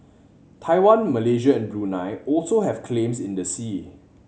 Taiwan Malaysia and Brunei also have claims in the sea